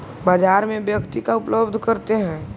बाजार में व्यक्ति का उपलब्ध करते हैं?